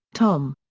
tom.